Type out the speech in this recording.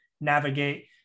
navigate